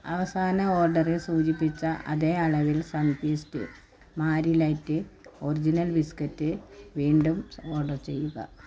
അവസാന ഓർഡറിൽ സൂചിപ്പിച്ച അതേ അളവിൽ Sunfeast Marie light original biscuit വീണ്ടും ഓർഡർ ചെയ്യുക